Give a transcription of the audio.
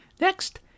Next